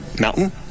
mountain